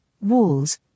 walls